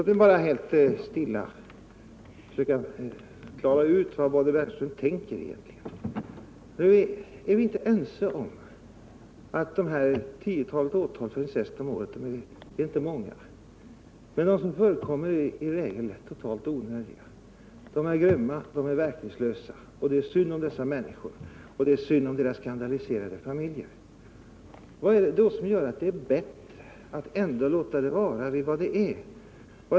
Herr talman! Låt mig bara helt stilla försöka klara ut vad Bonnie Bernström egentligen tänker. Är vi inte ense om att det tiotal incestfall som vi har per år inte är så mycket? Och de som förekommer är i regel totalt onödiga. De är grymma och verkningslösa, och det är synd om dessa människor och deras skandaliserade familjer. Vad är det då som gör att det är bättre att ändå låta det vara som det är?